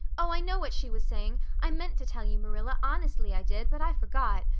oh, i know what she was saying. i meant to tell you, marilla, honestly i did, but i forgot.